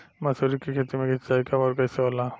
मसुरी के खेती में सिंचाई कब और कैसे होला?